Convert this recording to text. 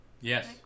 Yes